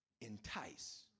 Entice